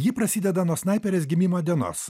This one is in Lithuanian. ji prasideda nuo snaiperės gimimo dienos